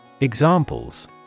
Examples